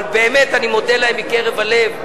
אבל באמת אני מודה להם מקרב הלב.